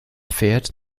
pferd